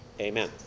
Amen